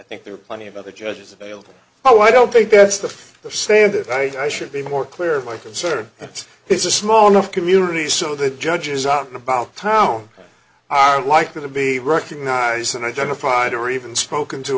i think there are plenty of other judges available oh i don't think that's the the stand that i should be more clear my concern is a small enough community so that judges out and about town are likely to be recognized and identified or even spoken to